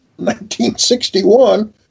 1961